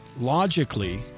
logically